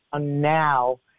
now